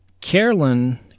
Carolyn